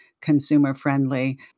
consumer-friendly